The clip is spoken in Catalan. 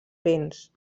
béns